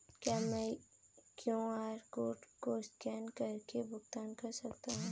क्या मैं QR code को स्कैन करके भुगतान कर सकता हूं?